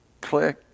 click